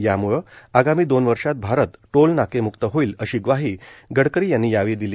यामुळं आगामी दोन वर्षात भारत टोल नाकेमुक्त होईल अशी ग्वाही गडकरी यांनी यावेळी दिली